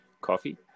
coffee